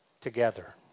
together